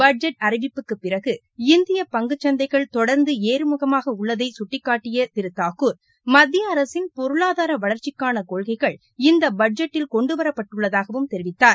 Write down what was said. budget அறிவிப்புக்குப் பிறகு இந்திய பங்குச்சந்தைகள் தொடர்ந்து ஏறுமுகமாக உள்ளதையும் கட்டிக்காட்டிய திரு தாக்கூர் மத்திய அரசின் பொருளாதார வளர்ச்சிக்கான கொள்கைகள் இந்த பட்ஜெட்டில் கொண்டு வரப்பட்டுள்ளதாகவும் தெரிவித்தார்